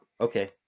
okay